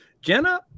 Jenna